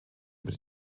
über